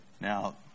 now